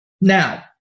Now